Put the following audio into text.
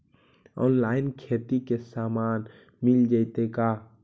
Online खेती के सामान मिल जैतै का?